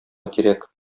кирәк